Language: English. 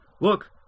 Look